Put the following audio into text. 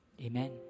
Amen